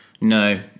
No